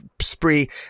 spree